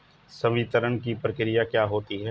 संवितरण की प्रक्रिया क्या होती है?